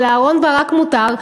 ולאהרן ברק מותר,